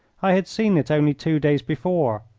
i had seen it only two days before,